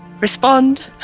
Respond